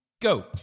go